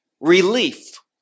relief